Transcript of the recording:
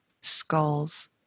skulls